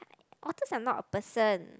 authors are not a person